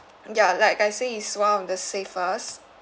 ya like I said it's one of the safest